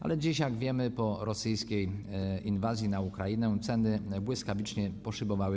Ale dziś, jak wiemy, po rosyjskiej inwazji na Ukrainę ceny błyskawicznie poszybowały.